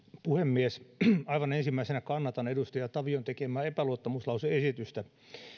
puhemies aivan ensimmäisenä kannatan edustaja tavion tekemää epäluottamuslause esitystä